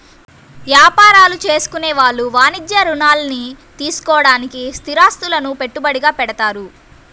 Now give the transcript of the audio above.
యాపారాలు చేసుకునే వాళ్ళు వాణిజ్య రుణాల్ని తీసుకోడానికి స్థిరాస్తులను పెట్టుబడిగా పెడతారు